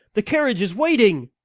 the carriage is waiting.